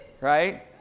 Right